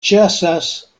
ĉasas